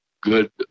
good